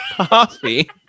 coffee